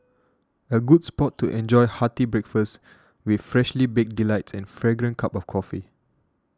a good spot to enjoy hearty breakfast with freshly baked delights and fragrant cup of coffee